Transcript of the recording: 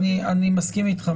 אני מסכים איתך,